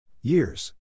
years